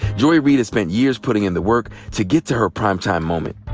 joy reid has spent years putting in the work to get to her prime time moment.